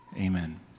Amen